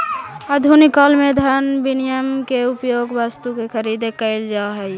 आधुनिक काल में धन विनिमय के उपयोग वस्तु के खरीदे में कईल जा हई